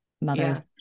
mothers